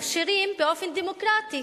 מכשירים באופן דמוקרטי,